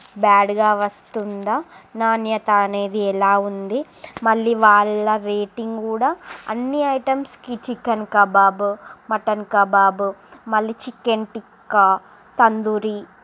బ్యాడ్గా వస్తుందా నాణ్యత అనేది ఎలా ఉంది మళ్ళీ వాళ్ళ రేటింగ్ కూడా అన్ని items chicken kebab mutton kebab మళ్ళీ చికెన్ ట్టిక్కా తందూరి